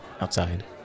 outside